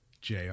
JR